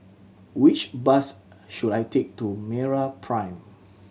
which bus should I take to MeraPrime